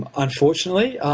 unfortunately,